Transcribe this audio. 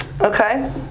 okay